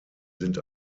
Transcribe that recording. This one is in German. sind